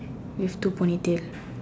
with two ponytails